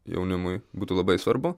jaunimui būtų labai svarbu